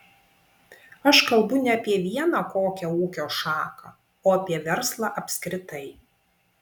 aš kalbu ne apie vieną kokią ūkio šaką o apie verslą apskritai